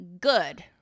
good